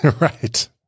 right